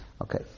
okay